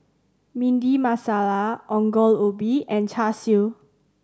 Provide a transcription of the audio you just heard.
Bhindi Masala Ongol Ubi and Char Siu